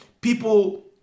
People